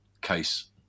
case